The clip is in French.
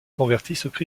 convertissent